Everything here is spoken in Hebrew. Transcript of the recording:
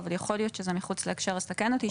ויכול להיות שזה מחוץ להקשר אז תקן אותי אם אני טועה,